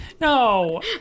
No